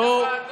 לא.